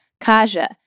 Kaja